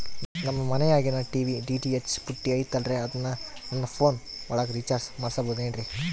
ನಮ್ಮ ಮನಿಯಾಗಿನ TV DTH ಪುಟ್ಟಿ ಐತಲ್ರೇ ಅದನ್ನ ನನ್ನ ಪೋನ್ ಒಳಗ ರೇಚಾರ್ಜ ಮಾಡಸಿಬಹುದೇನ್ರಿ?